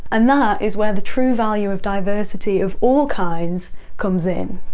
and that is where the true value of diversity of all kinds comes in.